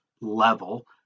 level